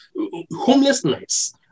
homelessness